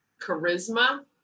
charisma